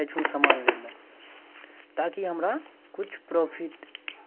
आओर जे छै तुरन्ते हमर औडर वापस भऽ गेल